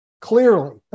Clearly